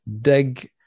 dig